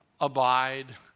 abide